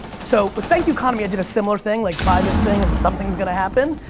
so with thank you economy i did a similar thing like buy this thing and something's gonna happen,